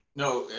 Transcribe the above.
no,